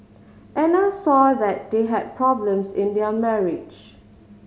Anna saw that they had problems in their marriage